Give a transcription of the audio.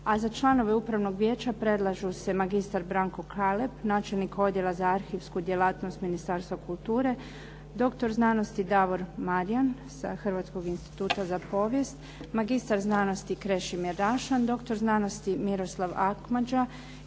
A za članove upravnog vijeća predlažu se magistar Branko Kaleb, načelnik Odjela za arhivsku djelatnost Ministarstva kulture, doktor znanosti Davor Marijan sa Hrvatskog instituta za povijest, magistar znanosti Krešimir Rašan, doktor znanosti Miroslav Akmađa